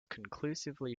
conclusively